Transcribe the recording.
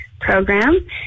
program